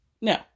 No